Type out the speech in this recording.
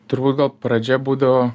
turbūt gal pradžia būdavo